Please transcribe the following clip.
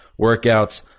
workouts